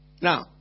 Now